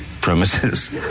premises